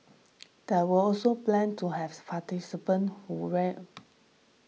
there were also plans to have participants who wear